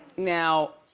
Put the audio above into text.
now,